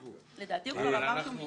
לדעתי הוא אמר שהוא מצטרף.